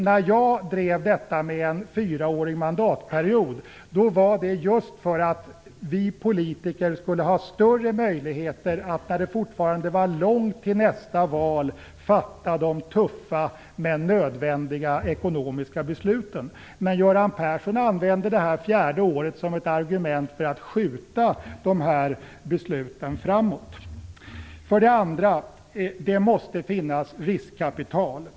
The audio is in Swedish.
När jag drev frågan om fyraåriga mandatperioder var det för att vi politiker skulle ha större möjligheter att när det fortfarande var långt till nästa val fatta de tuffa men nödvändiga ekonomiska besluten. Men Göran Persson använder det fjärde året som ett argument för att kunna skjuta besluten framåt. För det andra: Det måste finnas riskkapital.